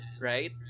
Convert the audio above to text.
right